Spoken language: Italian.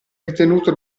ritenuto